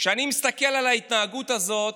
כשאני מסתכל על ההתנהגות הזאת